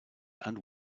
and